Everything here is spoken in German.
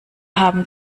haben